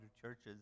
churches